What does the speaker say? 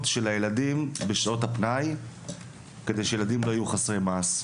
של הילדים בשעות הפנאי כדי שילדים לא יהיו חסרי מעש.